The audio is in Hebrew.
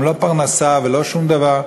שם לא פרנסה ולא שום דבר.